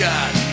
God